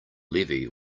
levee